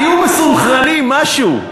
תהיו מסונכרנים, משהו.